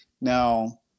now